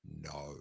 no